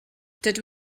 dydw